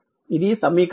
ఇది సమీకరణం 38